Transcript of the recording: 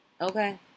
Okay